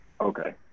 Okay